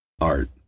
art